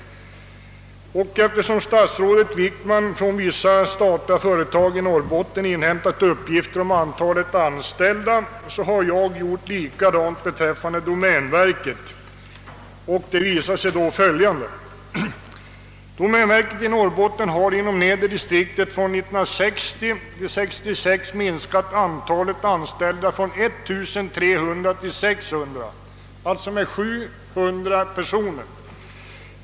Eftersom statsrådet Wickman från vissa statliga företag i Norrbotten har inhämtat uppgifter om antalet anställda, har jag gjort likadant beträffande domänverket. Det visar sig att domänverket i Norrbotten inom nedre distriktet från 1960 till 1966 har minskat antalet anställda från 1 300 till 600, alltså med 700 personer.